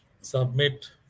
submit